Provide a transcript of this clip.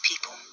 people